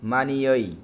मानियै